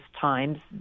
times